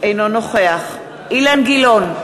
אינו נוכח אילן גילאון,